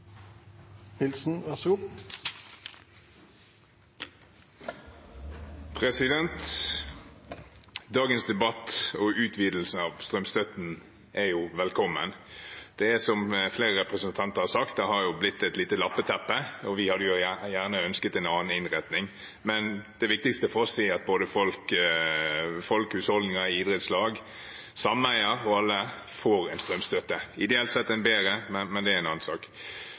velkommen. Det har, som flere representanter har sagt, blitt et lite lappeteppe, og vi hadde gjerne ønsket en annen innretning. Men det viktigste for oss er at både folk, husholdninger, idrettslag, sameier og alle får strømstøtte – ideelt sett en bedre, men det er en annen sak.